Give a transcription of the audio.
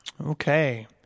Okay